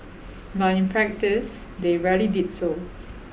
but in practice they rarely did so